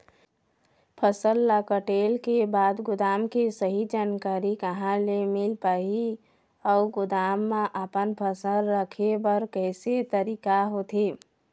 फसल ला कटेल के बाद गोदाम के सही जानकारी कहा ले मील पाही अउ गोदाम मा अपन फसल रखे बर कैसे तरीका होथे?